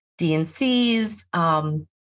DNCs